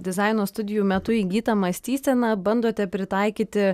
dizaino studijų metu įgytą mąstyseną bandote pritaikyti